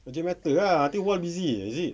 urgent matter ah I think wal busy is it